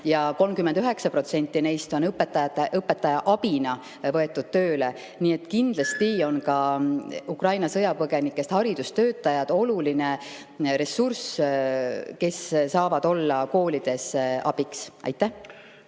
ja 39% neist on võetud tööle õpetaja abina. Nii et kindlasti on ka Ukraina sõjapõgenikest haridustöötajad oluline ressurss, kes saavad olla koolides abiks. Ja